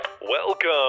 Welcome